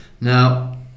now